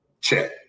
Check